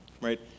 right